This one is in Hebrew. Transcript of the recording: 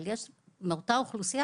אבל יש אותה אוכלוסייה,